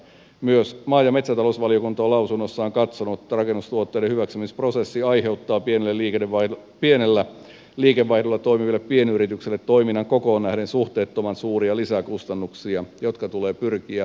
myös maa ja metsätalousvaliokunta on lausunnossaan katsonut että rakennustuotteiden hyväksymisprosessi aiheuttaa pienellä liikevaihdolla toimiville pienyrityksille toiminnan kokoon nähden suhteettoman suuria lisäkustannuksia jotka tulee pyrkiä minimoimaan